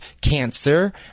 cancer